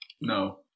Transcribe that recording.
No